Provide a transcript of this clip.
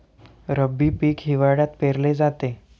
रब्बी पीक हिवाळ्यात पेरले जाते